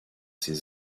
ses